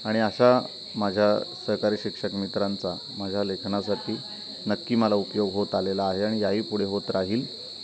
आणि अशा माझ्या सहकारी शिक्षक मित्रांचा माझ्या लेखनासाठी नक्की मला उपयोग होत आलेला आहे आणि याही पुढे होत राहील